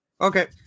Okay